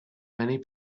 many